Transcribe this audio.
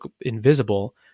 invisible